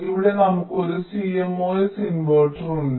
ഇവിടെ നമുക്ക് ഒരു CMOS ഇൻവെർട്ടർ ഉണ്ട്